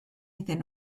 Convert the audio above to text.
iddyn